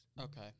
Okay